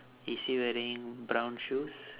is he wearing brown shoes